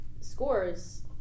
scores